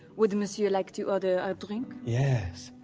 would monsieur like to order a drink? yes,